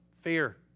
fear